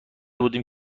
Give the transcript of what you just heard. بودیم